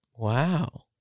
wow